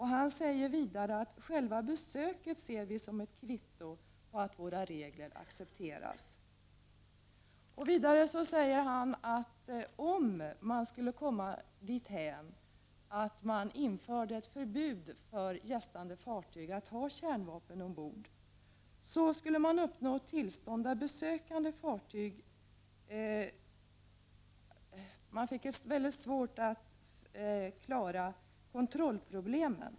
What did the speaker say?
Han säger vidare att själva besöket ses som ett kvitto på att våra regler accepteras. Vidare säger han att om man skulle komma dithän att man införde ett förbud för gästande fartyg att ha kärnvapen ombord, så skulle man få stora svårigheter att klara kontrollproblemen.